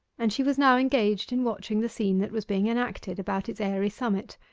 and she was now engaged in watching the scene that was being enacted about its airy summit.